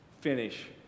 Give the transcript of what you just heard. finish